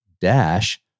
dash